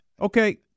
okay